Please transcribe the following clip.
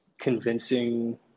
convincing